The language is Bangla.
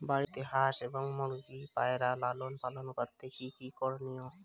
বাড়িতে হাঁস এবং মুরগি ও পায়রা লালন পালন করতে কী কী করণীয়?